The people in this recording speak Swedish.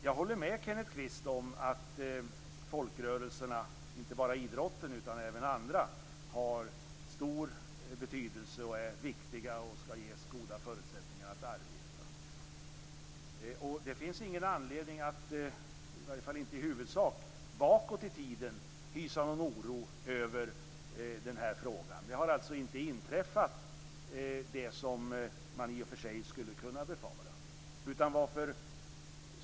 Jag håller med Kenneth Kvist om att folkrörelserna, och inte bara idrotten utan även andra, har stor betydelse, är viktiga och skall ges goda förutsättningar att arbeta. Det finns i huvudsak ingen anledning bakåt i tiden att hysa någon oro över den här frågan. Det som man i och för sig skulle kunna befara, har inte inträffat.